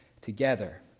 together